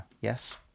yes